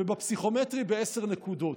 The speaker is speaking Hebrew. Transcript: ובפסיכומטרי, בעשר נקודות.